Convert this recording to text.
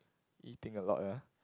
eating a lot ya